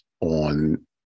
on